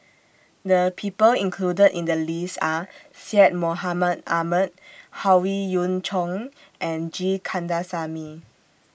The People included in The list Are Syed Mohamed Ahmed Howe Yoon Chong and G Kandasamy